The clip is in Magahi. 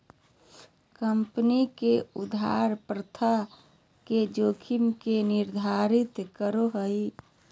कम्पनी के उधार प्रथा के जोखिम के निर्धारित करो हइ